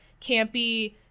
campy